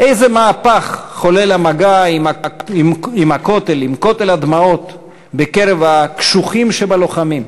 איזה מהפך חולל המגע עם כותל הדמעות בקרב הקשוחים שבלוחמים?